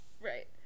right